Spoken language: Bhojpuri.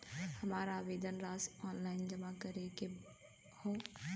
हमार आवेदन राशि ऑनलाइन जमा करे के हौ?